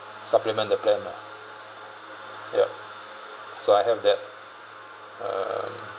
supplement the plan lah yup so I have that uh